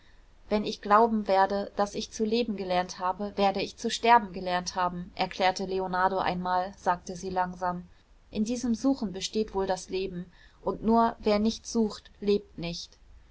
wenn ich glauben werde daß ich zu leben gelernt habe werde ich zu sterben gelernt haben erklärte leonardo einmal sagte sie langsam in diesem suchen besteht wohl das leben und nur wer nicht sucht lebt nicht